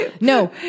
No